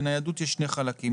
בניידות יש שני חלקים,